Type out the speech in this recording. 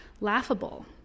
laughable